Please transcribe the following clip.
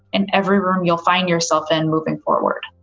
in every room you'll find yourself in moving forward